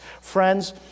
Friends